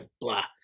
blah